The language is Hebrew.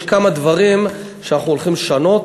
יש כמה דברים שאנחנו הולכים לשנות.